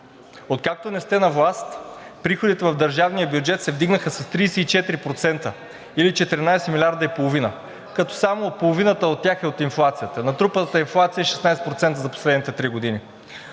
Откакто не сте на власт, приходите в държавния бюджет се вдигнаха с 34% или 14,5 милиарда, като само половината от тях са от инфлацията. Натрупаната инфлация е 16% за последните три години,